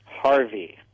Harvey